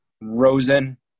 Rosen